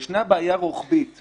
יש גם את החברות הרגילות,